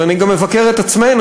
אבל אני גם מבקר את עצמנו,